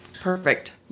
Perfect